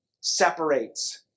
separates